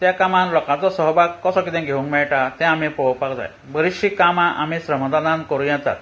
त्या कामान लोकांचो सहभाग कसो कितें घेवंक मेयटा तें आमी पळोपाक जाय बरीचशीं कामां आमी श्रमदानान करूं येतात